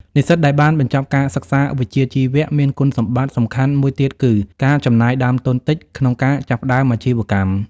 និស្សិតដែលបានបញ្ចប់ការសិក្សាវិជ្ជាជីវៈមានគុណសម្បត្តិសំខាន់មួយទៀតគឺ ការចំណាយដើមទុនតិច ក្នុងការចាប់ផ្តើមអាជីវកម្ម។